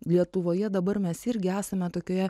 lietuvoje dabar mes irgi esame tokioje